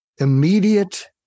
immediate